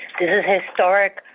this is historic,